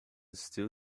still